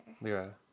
Lyra